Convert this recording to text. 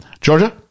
Georgia